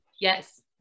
Yes